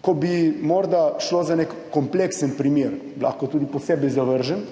ko bi morda šlo za nek kompleksen primer, lahko tudi posebej zavržen,